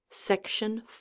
SECTION